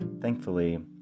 Thankfully